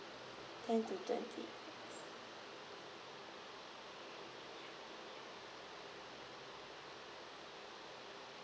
ten to twenty